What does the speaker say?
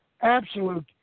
absolute